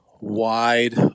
wide